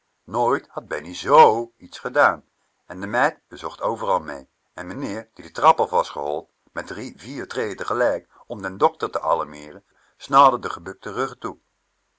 nooit had bennie z iets gedaan en de meid zocht overal mee en meneer die de trap af was gehold met drie vier trejen gelijk om den dokter te alarmeeren snauwde de gebukte ruggen toe